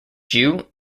jew